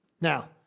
Now